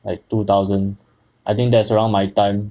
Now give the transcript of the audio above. like two thousand I think that's around my time